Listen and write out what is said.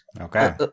okay